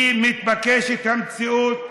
היא מתבקשת המציאות.